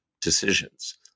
decisions